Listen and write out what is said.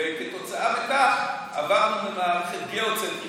כתוצאה מכך עברנו מהמערכת הגיאוצנטרית,